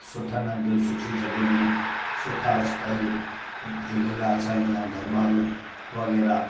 सुठनि हंधि सुठियूं जॻहियूं सुठा स्थल झूलेलाल साईं आहे दरॿारियूं वग़ैरह